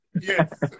yes